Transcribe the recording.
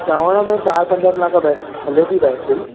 चवण में चार पंज कलाकु बैट हले थी बैटरी